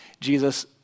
Jesus